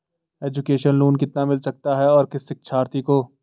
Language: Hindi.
एजुकेशन लोन कितना मिल सकता है और किस शिक्षार्थी को?